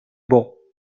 beau